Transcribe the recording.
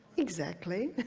exactly,